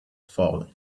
falling